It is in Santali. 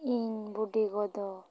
ᱤᱧ ᱵᱩᱰᱤᱜᱚ ᱫᱚ